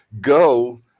go